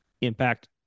impact